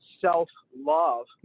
self-love